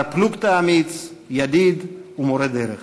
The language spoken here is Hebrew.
בר-פלוגתא אמיץ, ידיד ומורה-דרך.